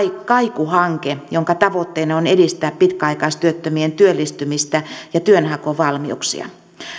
kaiku hanke jonka tavoitteena on edistää pitkäaikaistyöttömien työllistymistä ja työnhakuvalmiuksia